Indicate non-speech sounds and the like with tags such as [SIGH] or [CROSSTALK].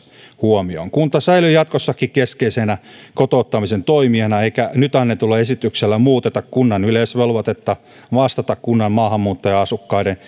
huomioon kunta säilyy jatkossakin keskeisenä kotouttamisen toimijana eikä nyt annetulla esityksellä muuteta kunnan yleisvelvoitetta vastata kunnan maahanmuuttaja asukkaiden [UNINTELLIGIBLE]